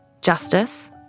justice